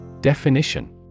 Definition